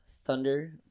Thunder